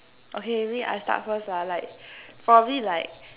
okay wait I start first lah like probably like